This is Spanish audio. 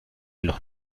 los